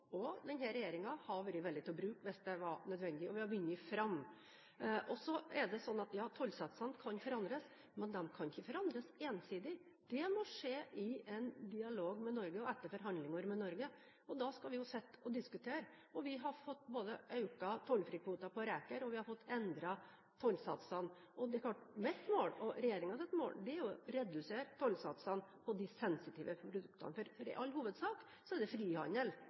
har vært villig til å bruke hvis det var nødvendig – og vi har vunnet fram. Ja, tollsatsene kan forandres, men de kan ikke forandres ensidig, det må skje i en dialog med Norge og etter forhandlinger med Norge, og da skal vi jo sitte og diskutere. Vi har både fått økte tollfrikvoter på reker og fått endret tollsatsene. Det er klart at mitt mål, og regjeringens mål, er å redusere tollsatsene på de sensitive produktene, for i all hovedsak er det frihandel,